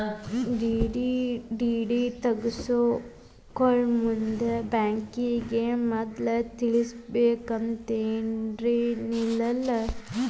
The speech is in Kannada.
ಡಿ.ಡಿ ತಗ್ಸ್ಕೊಳೊಮುಂದ್ ಬ್ಯಾಂಕಿಗೆ ಮದ್ಲ ತಿಳಿಸಿರ್ಬೆಕಂತೇನಿಲ್ಲಾ